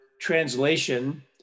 translation